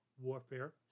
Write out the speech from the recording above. warfare